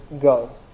go